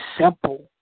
simple